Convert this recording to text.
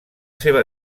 seva